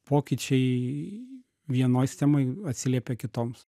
pokyčiai vienoj sistemoj atsiliepia kitoms